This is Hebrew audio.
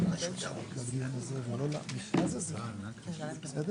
הוא קובע בסוף --- עו"ד נקש, מעניין, תקריא.